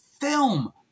film